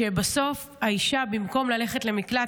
אני חושבת שבסוף במקום ללכת למקלט,